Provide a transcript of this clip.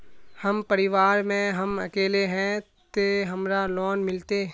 हम परिवार में हम अकेले है ते हमरा लोन मिलते?